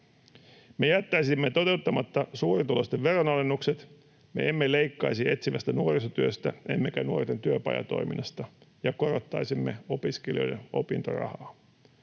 Me jättäisimme toteuttamatta suurituloisten veronalennukset. Me emme leikkaisi etsivästä nuorisotyöstä emmekä nuorten työpajatoiminnasta ja korottaisimme opiskelijoiden opintorahaa.